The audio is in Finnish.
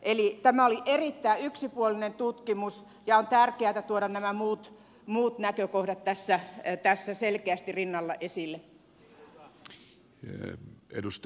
eli tämä oli erittäin yksipuolinen tutkimus ja on tärkeätä tuoda nämä muut näkökohdat tässä rinnalla selkeästi esille